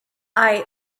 i—i